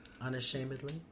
unashamedly